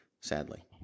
sadly